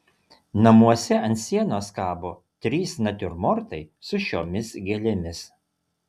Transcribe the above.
namuose ant sienos kabo trys natiurmortai su šiomis gėlėmis